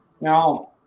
Now